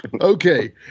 Okay